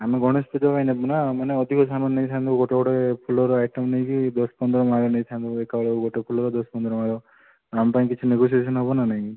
ଆମେ ଗଣେଶ ପୂଜା ପାଇଁ ନେବୁ ନା ମାନେ ଅଧିକ ସାମାନ ନେଇଥାନ୍ତୁ ମାନେ ଗୋଟେ ଗୋଟେ ଫୁଲର ଆଇଟମ୍ ନେଇକି ଦଶ ପନ୍ଦର ମାଳ ନେଇଥାନ୍ତୁ ଏକାବେଳେ ଗୋଟେ ଫୁଲ ଦଶ ପନ୍ଦର ମାଳ ଆମପାଇଁ କିଛି ନେଗୋସିଏସନ୍ ହେବ ନା ନାହିଁ